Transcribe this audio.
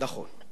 נכון.